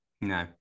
no